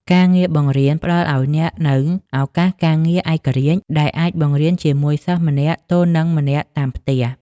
ការងារបង្រៀនផ្តល់ឱ្យអ្នកនូវឱកាសការងារឯករាជ្យ ដែលអាចបង្រៀនជាមួយសិស្សម្នាក់ទល់នឹងម្នាក់តាមផ្ទះ។